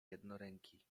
jednoręki